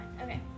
Okay